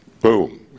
boom